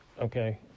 Okay